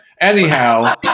Anyhow